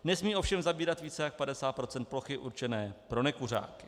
Nesmějí ovšem zabírat více než 50 % plochy určené pro nekuřáky.